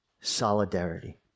solidarity